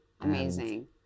Amazing